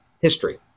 history